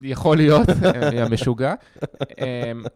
זה יכול להיות המשוגע.